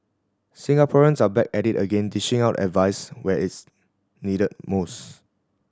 Singaporeans are back at it again dishing out advice where it's needed most